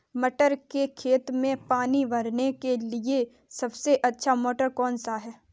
मटर के खेत में पानी भरने के लिए सबसे अच्छा मोटर कौन सा है?